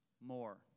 more